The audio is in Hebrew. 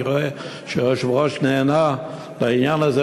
אני רואה שהיושב-ראש נענה לעניין הזה,